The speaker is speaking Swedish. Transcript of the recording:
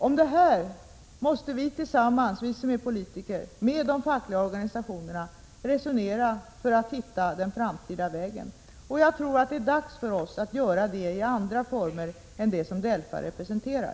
Vi som är politiker måste resonera om detta tillsammans med de fackliga organisationerna för att hitta den framtida vägen. Jag tror att det är dags för oss att göra det i andra former än de som DELFA representerar.